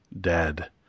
dead